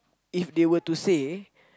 if they were to say